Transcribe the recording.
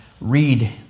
read